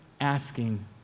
asking